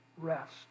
rest